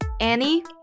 Annie